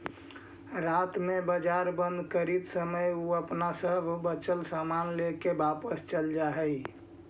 रात में बाजार बंद करित समय उ अपन सब बचल सामान लेके वापस चल जा हइ